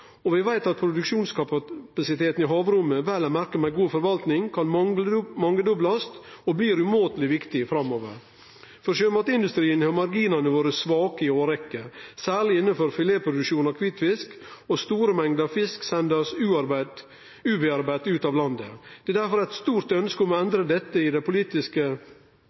Og vi veit at produksjonskapasiteten i havrommet – vel å merke med god forvalting – kan mangedoblast og blir umåteleg viktig framover. For sjømatindustrien har marginane vore svake i ei årrekkje, særleg innanfor filetproduksjonen av kvitfisk, og store mengder fisk blir sende ubearbeidd ut av landet. Det er difor eit stort ønske om å endre dette, og i dei politiske